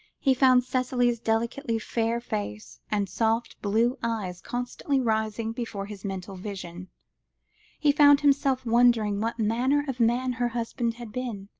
he found cicely's delicately fair face, and soft blue eyes constantly rising before his mental vision he found himself wondering what manner of man her husband had been,